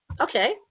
Okay